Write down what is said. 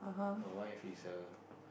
her wife is a